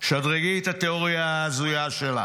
שדרגי את התיאוריה ההזויה שלך.